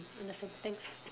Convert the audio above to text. I want to say thanks